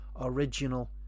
original